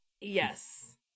Yes